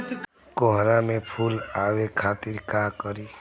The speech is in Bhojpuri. कोहड़ा में फुल आवे खातिर का करी?